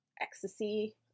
ecstasy